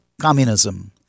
communism